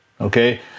okay